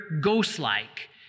ghost-like